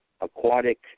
aquatic